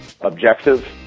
objective